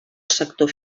sector